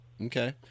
okay